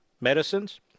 medicines